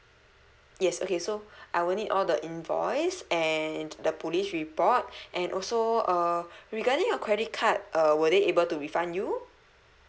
yes okay so I will need all the invoice and the police report and also uh regarding your credit card uh were they able to refund you